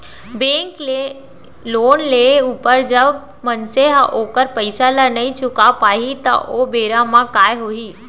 bank ले loan लेय ऊपर जब मनसे ह ओखर पइसा ल नइ चुका पाही त ओ बेरा म काय होही